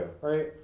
right